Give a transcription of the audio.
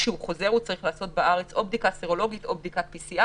כשהוא חוזר הוא צריך לעשות בארץ בדיקה סרולוגית או בדיקת PCR,